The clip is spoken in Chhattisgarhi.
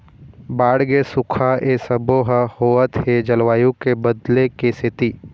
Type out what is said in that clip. बाड़गे, सुखा ए सबो ह होवत हे जलवायु के बदले के सेती